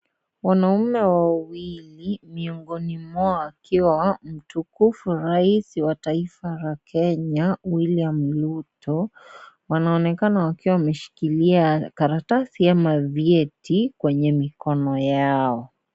Wanaume wawili miongoni mwao akiwa mtukufu rais wa taifa la Kenya William Ruto wanaonekana wakiwa wameshikilia karatasi ama vyeti kwenye mikono yao.